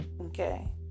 Okay